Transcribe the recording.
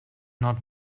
not